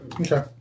Okay